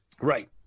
Right